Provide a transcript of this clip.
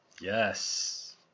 Yes